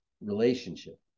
relationship